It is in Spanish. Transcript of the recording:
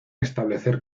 establecer